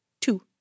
two